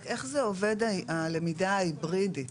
רק איך זה עובד הלמידה ההיברידית,